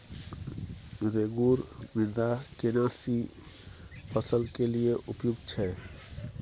रेगुर मृदा केना सी फसल के लिये उपयुक्त छै?